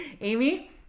Amy